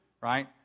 right